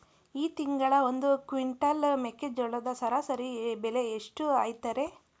ಈ ತಿಂಗಳ ಒಂದು ಕ್ವಿಂಟಾಲ್ ಮೆಕ್ಕೆಜೋಳದ ಸರಾಸರಿ ಬೆಲೆ ಎಷ್ಟು ಐತರೇ?